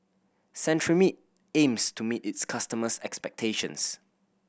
Cetrimide aims to meet its customers' expectations